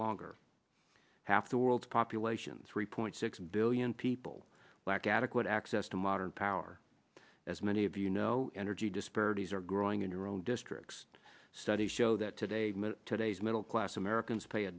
longer have to world population three point six billion people lack adequate access to modern power as many of you know energy disparities are growing in your own districts studies show that today today's middle class